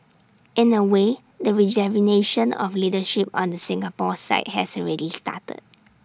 in A way the rejuvenation of leadership on the Singapore side has already started